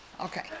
Okay